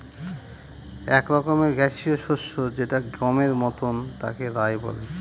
এক রকমের গ্যাসীয় শস্য যেটা গমের মতন তাকে রায় বলে